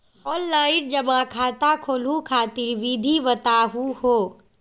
Online जमा खाता खोलहु खातिर विधि बताहु हो?